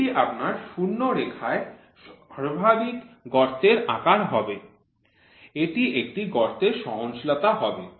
এটি আপনার শূন্যরেখায় সর্বাধিক গর্তের আকার হবে এটি একটি গর্তের সহনশীল হবে